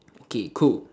okay cool